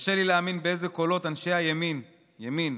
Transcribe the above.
קשה לי להאמין באיזה קלות אנשי הימין, ימין,